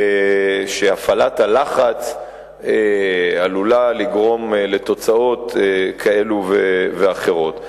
שהפעלת הלחץ עלולה לגרום לתוצאות כאלה ואחרות.